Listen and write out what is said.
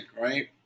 right